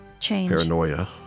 paranoia